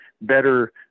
better